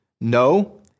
no